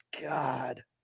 God